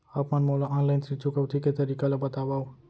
आप मन मोला ऑनलाइन ऋण चुकौती के तरीका ल बतावव?